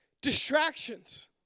Distractions